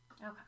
Okay